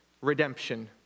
Redemption